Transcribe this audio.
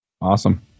Awesome